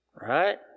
Right